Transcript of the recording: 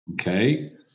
Okay